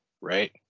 Right